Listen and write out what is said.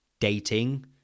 dating